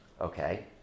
Okay